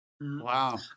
Wow